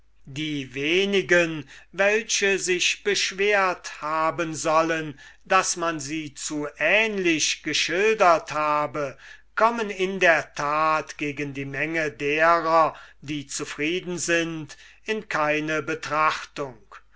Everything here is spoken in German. die wenigen welche sich beschwert haben sollen daß man sie zu ähnlich geschildert habe kommen in der tat gegen die menge derer die zufrieden sind in keine betrachtung